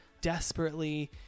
desperately